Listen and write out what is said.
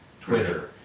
Twitter